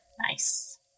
nice